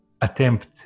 attempt